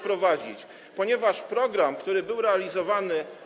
Ponieważ program, który był realizowany.